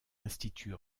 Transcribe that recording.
institut